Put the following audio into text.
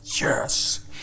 yes